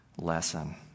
lesson